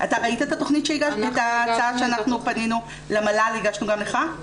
אתה ראית את ההצעה שהגשנו למל"ל, והגשנו גם לך?